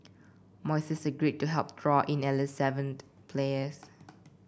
Moises agreed to help draw in at least seven players